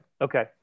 okay